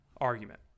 argument